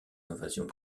invasions